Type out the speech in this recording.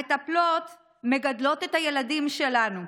המטפלות מגדלות את הילדים שלנו,